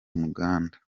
muganda